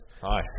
hi